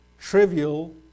trivial